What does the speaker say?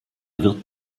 wird